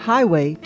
Highway